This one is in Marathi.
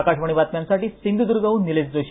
आकाशवाणी बातम्यांसाठी सिंधुदर्ग वरून निलेश जोशी